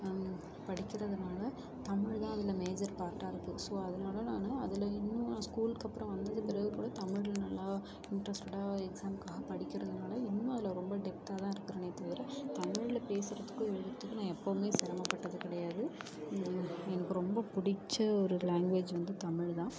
படிக்கிறதுனால தமிழ் தான் அதில் மேஜர் பார்ட்டாக இருக்கு ஸோ அதனால நான் அதில் இன்னும் நான் ஸ்கூல்க்கு அப்புறம் வந்தது பிறகு கூட தமிழில் நல்லா இண்ட்ரஸ்ட்டடாக எக்ஸாம்க்காக படிக்கிறதுனால இன்னும் அதில் ரொம்ப டெப்த்தாக தான் இருக்குறனே தவிர தமிழில் பேசுறதுக்கு எழுதுறதுக்கும் நான் எப்போவுமே சிரமப்பட்டது கிடையாது எனக்கு ரொம்ப பிடிச்ச ஒரு லாங்குவேஜ் வந்து தமிழ் தான்